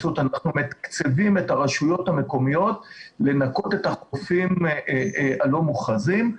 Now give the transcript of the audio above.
אנחנו מתקצבים את הרשויות המקומיות לנקות את החופים הלא מוכרזים.